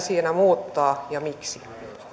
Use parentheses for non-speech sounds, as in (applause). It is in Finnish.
(unintelligible) siinä muuttaa ja miksi